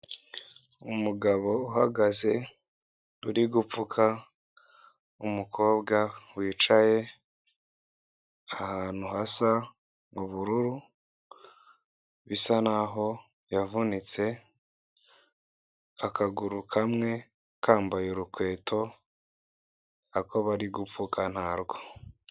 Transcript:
Umugabo uhagaze uri gupfuka umukobwa wicaye ahantu hasa ubururu, bisa n'aho yavunitse, akaguru kamwe kambaye urukweto, ako bari gupfuka ntarwo.